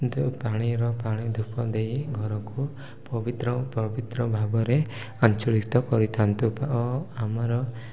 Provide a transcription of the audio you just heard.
ପାଣିର ପାଣି ଧୂପ ଦେଇ ଘରକୁ ପବିତ୍ର ପବିତ୍ର ଭାବରେ ଆଞ୍ଚଳିତ କରିଥାନ୍ତୁ ଓ ଆମର